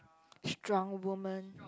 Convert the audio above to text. strong women